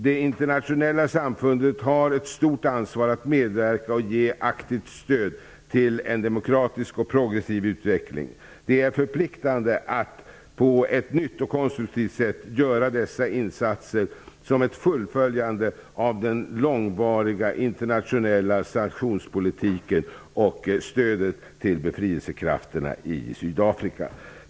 Det internationella samfundet har ett stort ansvar vad gäller att medverka och ge aktivt stöd till en demokratisk och progressiv utveckling. Det är förpliktande att på ett nytt och konstruktivt sätt göra dessa insatser som ett fullföljande av den långvariga internationella sanktionspolitiken och stödet till befrielsekrafterna i Sydafrika.